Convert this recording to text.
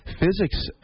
physics